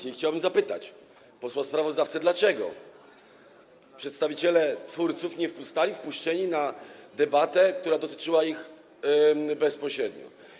I chciałbym zapytać posła sprawozdawcę, dlaczego przedstawiciele twórców nie zostali wpuszczeni na debatę, która dotyczyła ich bezpośrednio.